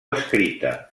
escrita